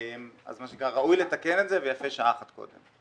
אז ראוי לתקן את זה ויפה שעה אחת קודם.